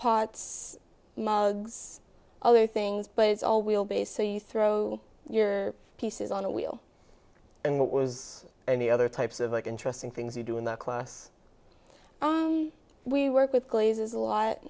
pots mogs other things but it's all wheel base so you throw your pieces on a wheel and that was any other types of like interesting things you do in that class we work with glazes a lot